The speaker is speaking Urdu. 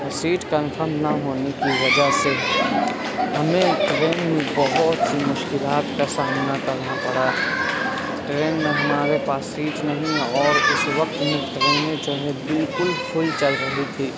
سیٹ کنفرم نہ ہونے کی وجہ سے ہمیں ٹرین میں بہت ہی مشکلات کا سامنا کرنا پڑا ٹرین میں ہمارے پاس سیٹ نہیں اور اس وقت میں ٹرینیں جو ہیں بالکل فل چل رہی تھی